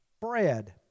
bread